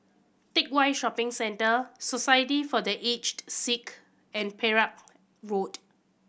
Teck Whye Shopping Centre Society for The Aged Sick and Perak Road